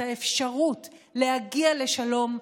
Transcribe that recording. את האפשרות להגיע לשלום,